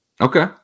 Okay